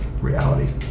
Reality